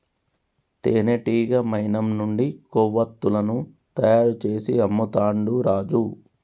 తేనెటీగ మైనం నుండి కొవ్వతులను తయారు చేసి అమ్ముతాండు రాజు